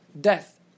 death